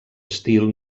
estil